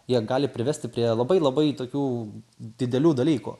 jie gali privesti prie labai labai tokių didelių dalykų